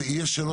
אז יש שאלות.